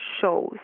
shows